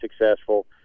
successful